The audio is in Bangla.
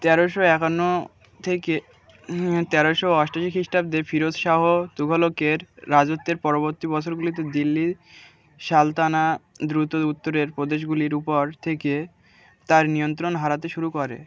তেরোশো একান্ন থেকে তেরোশো অষ্টাশি খ্রিস্টাব্দে ফিরোজ শাহ তুঘলকের রাজত্বের পরবর্তী বছরগুলিতে দিল্লি সালতানাত দ্রুত উত্তরের প্রদেশগুলির উপর থেকে তার নিয়ন্ত্রণ হারাতে শুরু করে